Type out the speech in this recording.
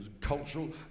cultural